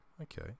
Okay